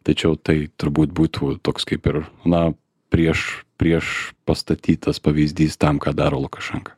tačiau tai turbūt būtų toks kaip ir na prieš prieš pastatytas pavyzdys tam ką daro lukašenka